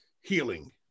healing